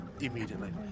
immediately